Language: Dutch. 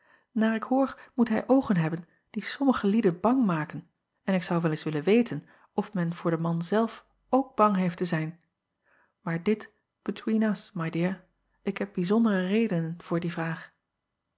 aar ik hoor moet hij oogen hebben die sommige lieden bang maken en ik zou wel eens willen weten of men voor den man zelf ook bang heeft te zijn aar dit between us my dear ik heb bijzondere redenen voor die vraag